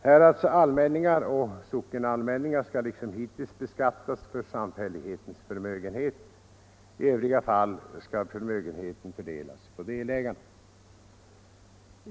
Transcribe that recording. Häradsallmänningar och sockenallmänningar skall liksom hittills beskattas för samfällighetens förmögenhet. I övriga fall skall förmögenheten fördelas på delägarna.